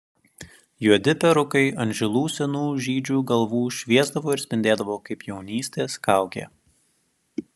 juodi perukai ant žilų senų žydžių galvų šviesdavo ir spindėdavo kaip jaunystės kaukė